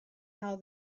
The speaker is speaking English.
how